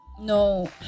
No